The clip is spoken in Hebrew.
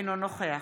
אינו נוכח